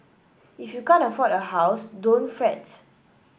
if you can't afford a house don't fret